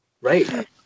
right